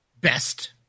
best